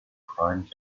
prime